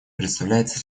представляется